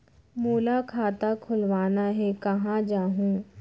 मोला खाता खोलवाना हे, कहाँ जाहूँ?